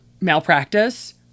malpractice